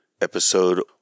episode